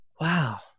Wow